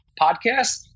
podcast